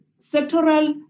sectoral